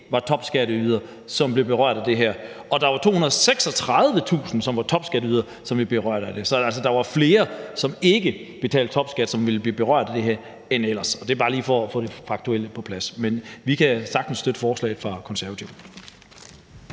var topskatteydere, og som blev berørt af det her. Og at der var 236.000, som var topskatteydere, og som ville blive berørt af det. Så der var altså flere, som ikke betalte topskat, og som ville blive berørt, end ellers. Så det er bare lige for at få det faktuelle på plads. Men vi kan sagtens støtte forslaget fra Konservative.